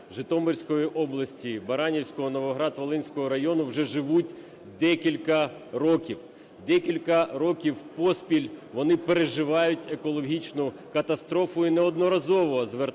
Житомирської області, Баранівського і Новоград-Волинського району вже живуть декілька років. Декілька років поспіль вони переживають екологічну катастрофу і неодноразово зверталися